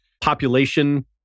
population